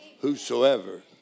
Whosoever